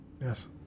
Yes